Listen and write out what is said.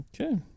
Okay